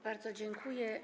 Bardzo dziękuję.